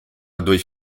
durch